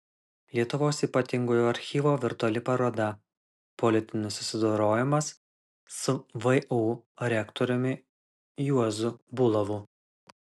lietuvos ypatingojo archyvo virtuali paroda politinis susidorojimas su vu rektoriumi juozu bulavu